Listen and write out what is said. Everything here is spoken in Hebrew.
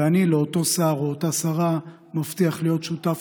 ואני מבטיח לאותו שר או אותה שרה להיות שותף